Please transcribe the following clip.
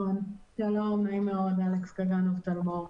שלום נעים מאוד, שמי אלכס קגנוב טלמור.